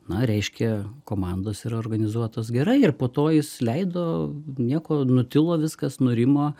na reiškia komandos yra organizuotos gerai ir po to jis leido nieko nutilo viskas nurimo